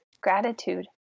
gratitude